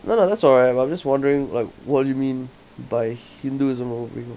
no lah that's alright but I'm just wondering like what do you mean by hinduism ரொம்ப புடிக்கும்:romba pudikkum